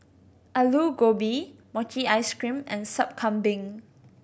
Aloo Gobi mochi ice cream and Sup Kambing